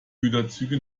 güterzüge